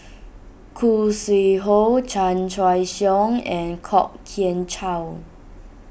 Khoo Sui Hoe Chan Choy Siong and Kwok Kian Chow